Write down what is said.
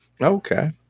Okay